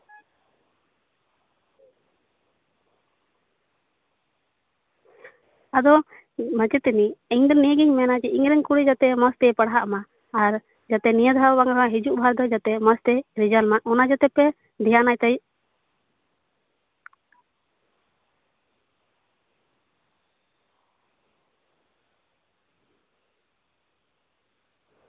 ᱟᱫᱚ ᱢᱟᱪᱮᱛᱟ ᱱᱤ ᱤᱧ ᱫᱚ ᱱᱤᱭᱟᱹᱜᱤᱧ ᱢᱮᱱᱟ ᱡᱮ ᱤᱧᱨᱮᱱ ᱠᱩᱲᱤ ᱡᱟᱛᱮ ᱢᱚᱡᱽᱛᱮᱭ ᱯᱟᱲᱦᱟᱜ ᱢᱟ ᱟᱨ ᱱᱤᱭᱟᱹᱫᱷᱟᱣ ᱫᱚ ᱵᱟᱝ ᱨᱮᱦᱚᱸ ᱦᱤᱡᱩᱜ ᱫᱷᱟᱣ ᱫᱚ ᱡᱟᱛᱮ ᱢᱚᱡᱽᱛᱮᱭ ᱨᱮᱡᱟᱞ ᱢᱟ ᱚᱱᱟ ᱡᱟᱛᱮ ᱯᱮ ᱫᱷᱮᱭᱟᱱᱟᱭ ᱠᱟᱹᱡ